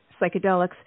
psychedelics